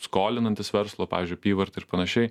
skolinantis verslo pavyzdžiui apyvarta ir panašiai